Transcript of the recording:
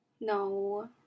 No